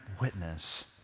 witness